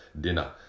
dinner